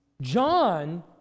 John